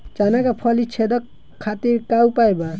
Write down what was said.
चना में फली छेदक खातिर का उपाय बा?